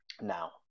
Now